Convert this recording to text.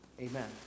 amen